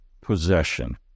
possession